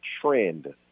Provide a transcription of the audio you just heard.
trend